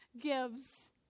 gives